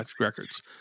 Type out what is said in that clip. records